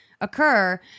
occur